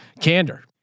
candor